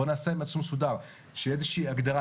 בוא נעשה משהו מסודר, כך שתהיה איזושהי הגדרה.